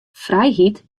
frijheid